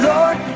Lord